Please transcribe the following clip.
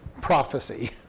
prophecy